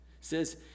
says